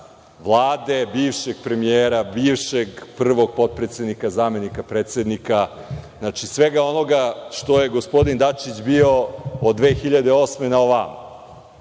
Vlade, bivšeg premijera, bivšeg prvog potpredsednika, zamenika predsednika, svega onoga što je gospodin Dačić bio od 2008. godine